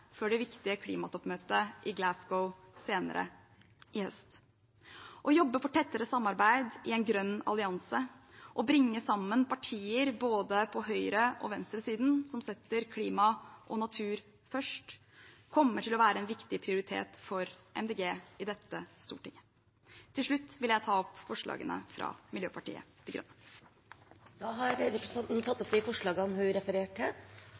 det viktige klimatoppmøtet i Glasgow senere i høst. Å jobbe for tettere samarbeid i en grønn allianse, å bringe sammen partier både på høyre- og venstresiden som setter klima og natur først, kommer til å være en viktig prioritet for Miljøpartiet De Grønne i dette stortinget. Til slutt vil jeg ta opp forslagene fra Miljøpartiet De Grønne. Da har representanten Lan Marie Nguyen Berg tatt opp de forslagene hun refererte til.